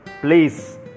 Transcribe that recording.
please